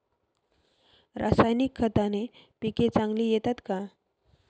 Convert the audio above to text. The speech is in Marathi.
रासायनिक खताने पिके चांगली येतात का?